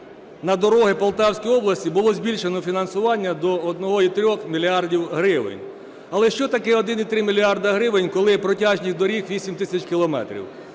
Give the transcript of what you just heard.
на дороги Полтавської області було збільшено фінансування до 1,3 мільярда гривень. Але що таке 1,3 мільярда гривень, коли протяжність доріг 8 тисяч кілометрів?